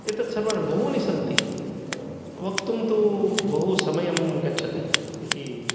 एतत् सर्वानि बहूनि सन्ति वक्तुं तु बहु समयं गच्छति इति